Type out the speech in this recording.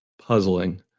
puzzling